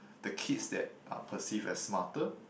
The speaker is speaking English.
the kids that are perceived as smarter